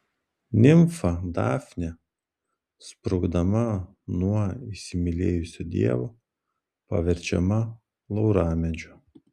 nimfa dafnė sprukdama nuo įsimylėjusio dievo paverčiama lauramedžiu